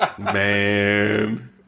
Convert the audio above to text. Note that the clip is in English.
Man